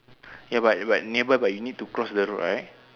ya but but near by but you need to cross the road right